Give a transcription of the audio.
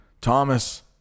Thomas